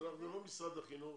אנחנו לא משרד החינוך,